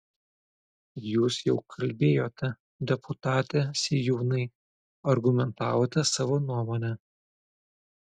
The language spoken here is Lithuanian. jūs jau kalbėjote deputate sėjūnai argumentavote savo nuomonę